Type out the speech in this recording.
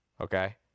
okay